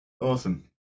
awesome